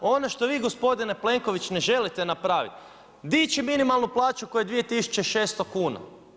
Ono što vi gospodine Plenković, ne želite napraviti, dići minimalnu plaću koje je 2600 kn.